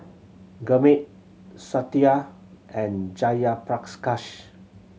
Gurmeet Satya and Jayaprakash